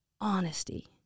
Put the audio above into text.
honesty